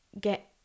get